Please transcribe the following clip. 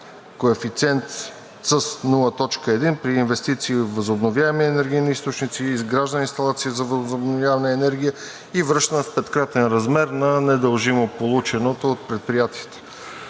един път с 0.1 при инвестиции, възобновяеми енергийни източници, изграждане инсталация за възобновяване на енергия и връщане в петкратен размер на недължимо полученото от предприятията.